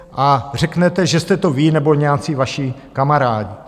A řeknete, že jste to vy nebo nějací vaši kamarádi.